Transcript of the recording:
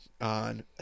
on